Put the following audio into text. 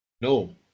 No